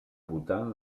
bhutan